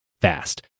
fast